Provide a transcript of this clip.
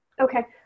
Okay